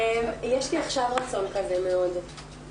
יש לי עכשיו רצון כזה מאוד.